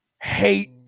hate